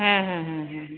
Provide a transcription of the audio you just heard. ᱦᱮᱸ ᱦᱮᱸ ᱦᱮᱸ